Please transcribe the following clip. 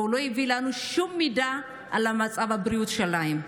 לא הביא לנו שום מידע על מצב הבריאות שלהם.